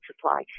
supply